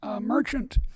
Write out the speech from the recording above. merchant